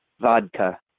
vodka